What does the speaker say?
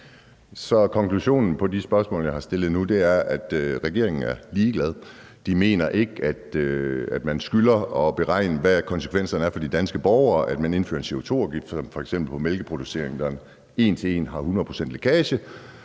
Så konklusionen på de spørgsmål, jeg har stillet nu, er, at regeringen er ligeglad. De mener ikke, at man skylder at beregne, hvad konsekvenserne for de danske borgere er af, at man indfører en CO2-afgift på f.eks. mælkeproduktion, der en til en har 100 pct. lækage.